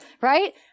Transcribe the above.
right